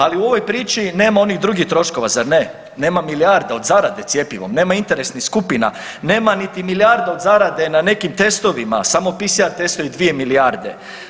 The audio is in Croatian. Ali u ovoj priči nema onih drugih troškova zar ne, nema milijarda od zarade cjepivom, nema interesnih skupina, nema niti milijarda od zarade na nekim testovima, samo PCR testovi 2 milijarde.